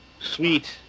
Sweet